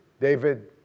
David